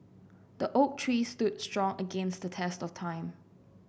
the oak tree stood strong against the test of time